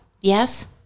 Yes